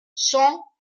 cent